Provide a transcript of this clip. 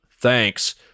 Thanks